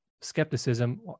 skepticism